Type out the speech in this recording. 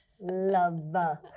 Love